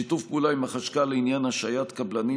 שיתוף פעולה עם החשכ"ל לעניין השעיית קבלנים